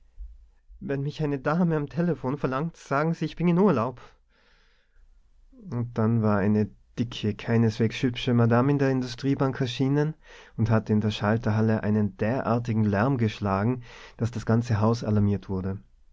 wenn mich eine dame am telephon verlangt sagen sie ich bin in urlaub und dann war eine dicke keineswegs hübsche madam in der industriebank erschienen und hatte in der schalterhalle einen derartigen lärm geschlagen daß das ganze haus alarmiert wurde